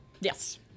Yes